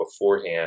beforehand